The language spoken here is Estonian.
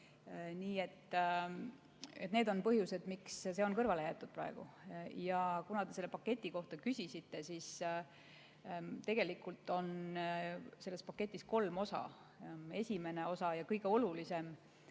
Nii et need on põhjused, miks see on praegu kõrvale jäetud. Aga kuna te selle paketi kohta küsisite, siis märgin, et tegelikult on selles paketis kolm osa. Esimene osa ja kõige olulisem